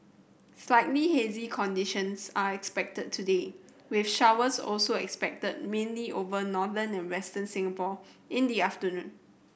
slightly hazy conditions are expected today with showers also expected mainly over northern and Western Singapore in the afternoon